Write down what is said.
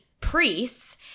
priests